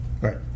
Right